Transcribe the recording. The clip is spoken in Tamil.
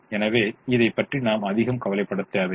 எனவே இதைப் பற்றி நாம் அதிகம் கவலைப்பட தேவையில்லை